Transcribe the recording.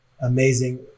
amazing